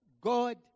God